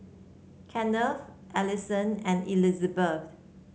Kenneth Alison and Elizbeth